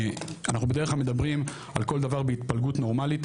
אנחנו בדרך כלל מדברים על כל דבר בהתפלגות נורמלית,